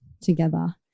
together